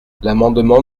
l’amendement